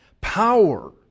power